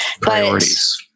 priorities